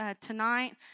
tonight